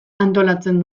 antolatzen